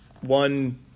one